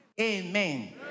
Amen